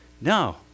no